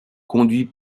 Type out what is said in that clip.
conduit